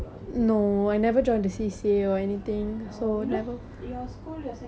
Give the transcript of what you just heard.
err you know your school your secondary school T_K_G_S got very good netball what